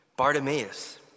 Bartimaeus